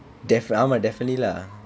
def~ ஆமாம்:aamaam definitely lah